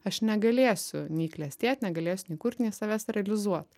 aš negalėsiu nei klestėt negalėsiu nei kurt nei savęs realizuot